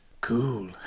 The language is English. cool